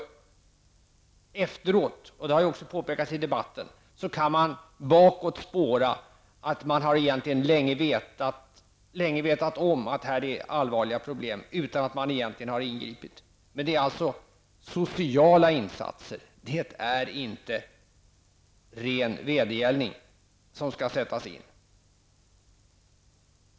Efteråt -- det har också påpekats i debatten -- kan man bakåt spåra att man egentligen länge har vetat om att här är allvarliga problem, utan att man har ingripit. Men det är alltså sociala insatser och inte ren vedergällning som skall sättas in.